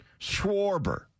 Schwarber